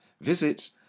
visit